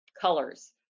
colors